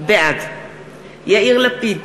בעד יאיר לפיד,